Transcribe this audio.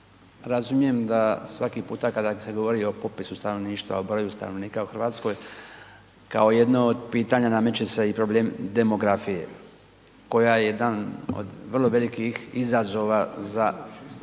Razumijem da svaki puta kada se govori o popisu stanovništva, o broju stanovnika u Hrvatskoj kao jedno od pitana nameće se i problem demografije koja je jedna od vrlo velikih izazova za